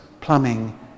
plumbing